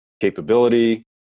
capability